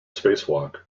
spacewalk